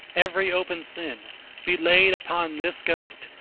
every open sin be laid upon this goat,